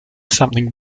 something